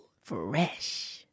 fresh